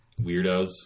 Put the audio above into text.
weirdos